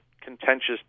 contentious